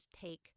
take